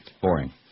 boring